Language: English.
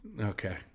Okay